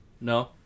No